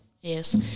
yes